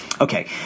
okay